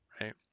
right